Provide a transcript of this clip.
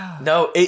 No